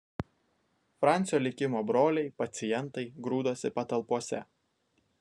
francio likimo broliai pacientai grūdosi patalpose